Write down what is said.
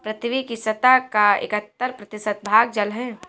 पृथ्वी की सतह का इकहत्तर प्रतिशत भाग जल है